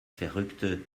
verrückte